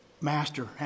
Master